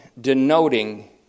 denoting